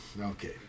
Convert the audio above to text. Okay